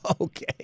okay